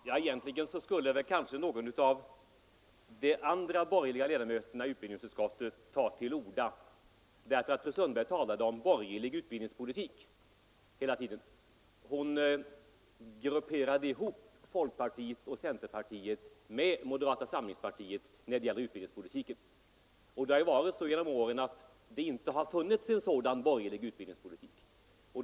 Herr talman! Egentligen skulle kanske också någon av de andra borgerliga ledamöterna i utbildningsutskottet begära ordet i detta sammanhang. Fru Sundberg talade nämligen hela tiden om borgerlig utbildningspolitik. Hon grupperade ihop folkpartiet och centerpartiet med moderata samlingspartiet när det gällde utbildningspolitiken. Det har ju varit så genom åren att det inte funnits en sådan borgerlig utbildningspolitik.